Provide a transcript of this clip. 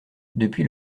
depuis